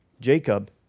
Jacob